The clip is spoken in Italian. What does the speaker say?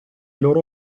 loro